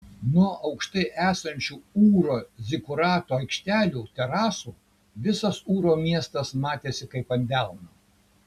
nuo aukštai esančių ūro zikurato aikštelių terasų visas ūro miestas matėsi kaip ant delno